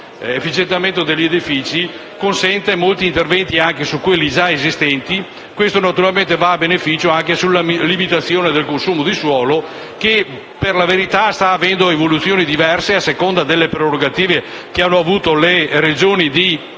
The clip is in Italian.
efficientamento degli edifici consente di realizzare molti interventi anche su quelli già esistenti. Ciò a beneficio della limitazione del consumo di suolo che, per la verità, sta avendo evoluzioni diverse a seconda delle prerogative che hanno avuto le Regioni di